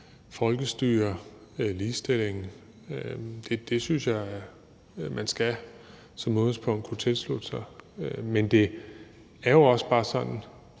folkestyre og ligestilling synes jeg at man som udgangspunkt skal kunne tilslutte sig. Men det er også bare sådan,